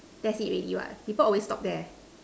that's it already what people always stop there